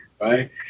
Right